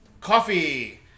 coffee